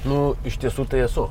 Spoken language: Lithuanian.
nu iš tiesų tai esu